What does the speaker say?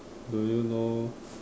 do you know